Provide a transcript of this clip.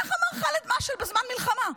כך אמר ח'אלד משעל בזמן מלחמה.